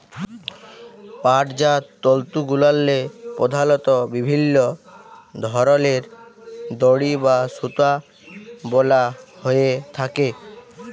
পাটজাত তলতুগুলাল্লে পধালত বিভিল্ল্য ধরলের দড়ি বা সুতা বলা হ্যঁয়ে থ্যাকে